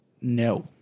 no